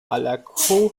alachua